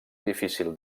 difícil